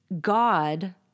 God